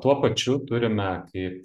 tuo pačiu turime kaip